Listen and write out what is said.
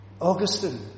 Augustine